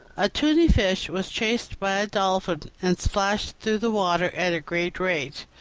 a tunny-fish was chased by a dolphin and splashed through the water at a great rate,